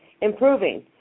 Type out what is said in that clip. improving